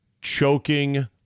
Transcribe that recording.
choking